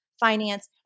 finance